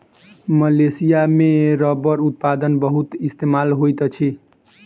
Malaysia में रबड़ उत्पादन बहुत होइत अछि